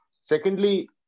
Secondly